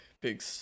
big